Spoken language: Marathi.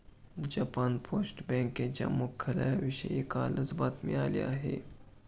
जपान पोस्ट बँकेच्या मुख्यालयाविषयी कालच बातमी आली आहे